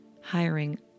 hiring